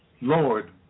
Lord